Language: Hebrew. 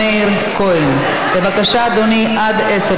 אמרתי: לא להתקרב לזנות,